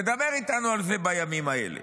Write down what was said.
תדבר איתנו על זה בימים האלה.